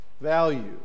value